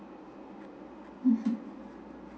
mmhmm